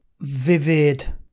vivid